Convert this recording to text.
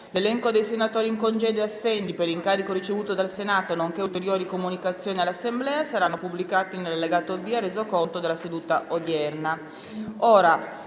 L'elenco dei senatori in congedo e assenti per incarico ricevuto dal Senato, nonché ulteriori comunicazioni all'Assemblea, saranno pubblicati nell'allegato B al Resoconto della seduta odierna.